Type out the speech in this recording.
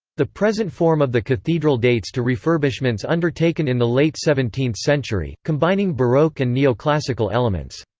the present form of the cathedral dates to refurbishments undertaken in the late seventeenth century, combining baroque and neoclassical elements.